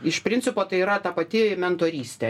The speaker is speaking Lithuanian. iš principo tai yra ta pati mentorystė